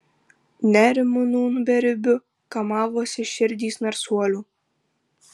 nerimu nūn beribiu kamavosi širdys narsuolių